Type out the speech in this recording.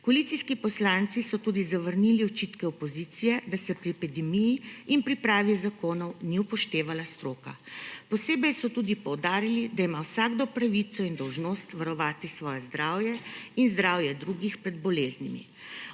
Koalicijski poslanci so tudi zavrnili očitke opozicije, da se pri epidemiji in pripravi zakonov ni upoštevala stroka. Posebej so tudi poudarili, da ima vsakdo pravico in dolžnost varovati svoje zdravje in zdravje drugih pred boleznimi.